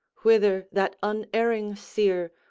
whither that unerring seer,